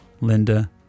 Linda